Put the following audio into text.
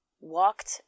walked